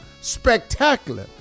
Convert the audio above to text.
spectacular